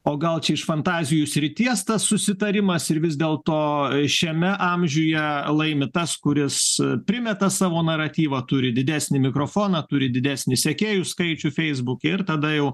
o gal čia iš fantazijų srities tas susitarimas ir vis dėl to šiame amžiuje laimi tas kuris primeta savo naratyvą turi didesnį mikrofoną turi didesnį sekėjų skaičių feisbuke ir tada jau